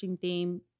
theme